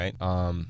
right